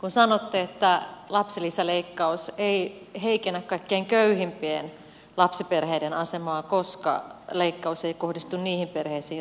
kun sanotte että lapsilisäleikkaus ei heikennä kaikkein köyhimpien lapsiperheiden asemaa koska leikkaus ei kohdistu niihin perheisiin jotka saavat toimeentulotukea